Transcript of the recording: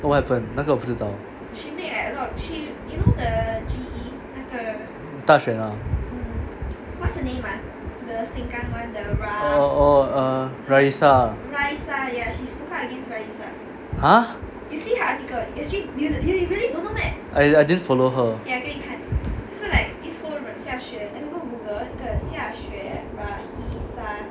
oh what happen 那个我不知道大选 ah oh oh uh raeesah !huh! I I didn't follow her